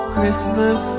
Christmas